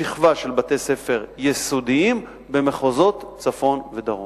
בשכבה של בתי-ספר יסודיים במחוזות צפון ודרום.